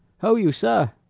ho you, sir!